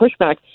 pushback